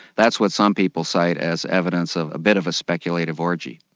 that's what some people say as evidence of a bit of a speculative orgy.